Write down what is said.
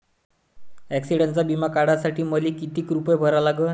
ॲक्सिडंटचा बिमा काढा साठी मले किती रूपे भरा लागन?